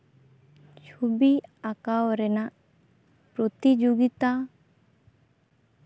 ᱪᱷᱚᱵᱤ ᱟᱸᱠᱟᱣ ᱨᱮᱱᱟᱜ ᱯᱨᱚᱛᱤ ᱡᱳᱜᱤᱛᱟ